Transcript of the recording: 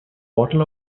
bottle